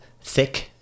Thick